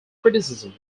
criticism